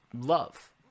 love